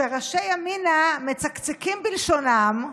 שראשי ימינה מצקצקים בלשונם.